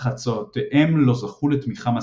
אך הצעותיהם לא זכו לתמיכה מספקת.